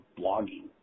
blogging